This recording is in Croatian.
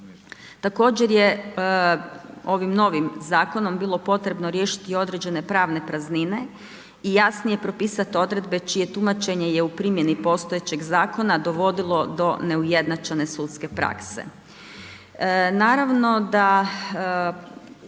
Također je ovim novim zakonom bilo potrebno riješiti i određene pravne praznine i jasnije propisati odredbe čije tumačenje je u primjeni postojećeg zakona dovodilo do neujednačene sudske prakse.